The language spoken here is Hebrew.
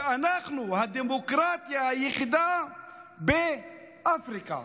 אנחנו הדמוקרטיה היחידה באפריקה.